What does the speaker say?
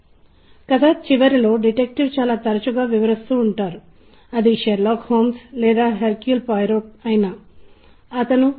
ఇప్పుడు ధ్వని మరియు నిశ్శబ్దం మన జీవితాల్లో చాలా ముఖ్యమైనవి మరియు ధ్వని మరియు నిశ్శబ్దం అనేవి కలిసి నిర్ణయించేవి దేనినైనా సంగీతం అని పిలవవచ్చు లేదా శబ్దం అని పిలవవచ్చు